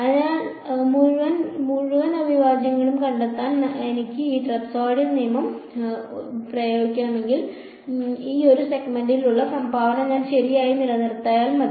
അതിനാൽ മുതലുള്ള മുഴുവൻ അവിഭാജ്യവും കണ്ടെത്താൻ എനിക്ക് ഈ ട്രപസോയ്ഡൽ നിയമം പ്രയോഗിക്കണമെങ്കിൽ ഈ ഓരോ സെഗ്മെന്റിനുമുള്ള സംഭാവന ഞാൻ ശരിയായി ചേർത്താൽ മതി